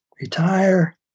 retire